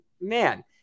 man